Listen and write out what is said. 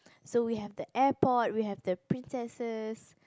so we have the airport we have the princesses